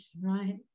right